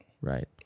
Right